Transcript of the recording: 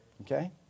Okay